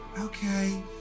Okay